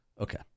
Okay